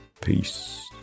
Peace